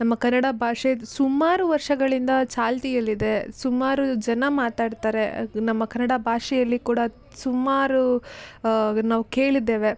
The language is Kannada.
ನಮ್ಮ ಕನ್ನಡ ಭಾಷೆದು ಸುಮಾರು ವರ್ಷಗಳಿಂದ ಚಾಲ್ತಿಯಲ್ಲಿದೆ ಸುಮಾರು ಜನ ಮಾತಾಡ್ತಾರೆ ಅದು ನಮ್ಮ ಕನ್ನಡ ಭಾಷೆಯಲ್ಲಿ ಕೂಡ ಸುಮಾರು ನಾವು ಕೇಳಿದ್ದೇವೆ